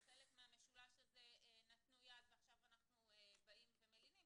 חלק מהמשולש הזה נתנו יד ועכשיו אנחנו באים ומלינים.